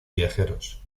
viajeros